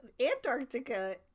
Antarctica